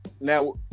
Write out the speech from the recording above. Now